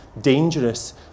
dangerous